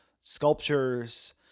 sculptures